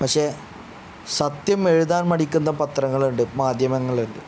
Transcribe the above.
പക്ഷേ സത്യം എഴുതാൻ മടിക്കുന്ന പത്രങ്ങൾ ഉണ്ട് മാധ്യമങ്ങൾ ഉണ്ട്